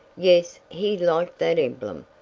yes, he liked that emblem,